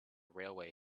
railway